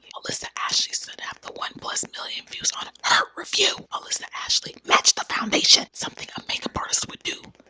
alissa ashley so should have the one plus million views on her review. alissa ashley matched the foundation, something a makeup artist would do.